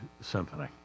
Symphony